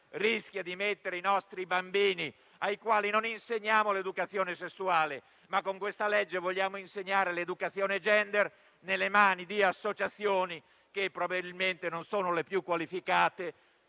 rischia di mettere i nostri bambini - ai quali non insegniamo l'educazione sessuale perché con questa legge vogliamo insegnare loro l'educazione *gender* - nelle mani di associazioni che probabilmente non sono le più qualificate